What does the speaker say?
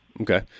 Okay